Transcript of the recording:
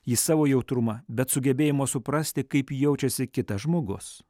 į savo jautrumą bet sugebėjimo suprasti kaip jaučiasi kitas žmogus